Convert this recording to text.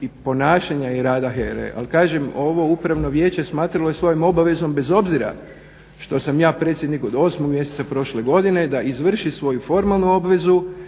i ponašanja i rada HERA-e. Ali kažem, ovo Upravno vijeće smatralo je svojom obavezom bez obzira što sam ja predsjednik od 8. mjeseca prošle godine da izvrši svoju formalnu obvezu